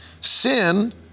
Sin